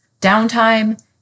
downtime